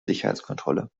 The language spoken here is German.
sicherheitskontrolle